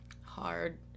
hard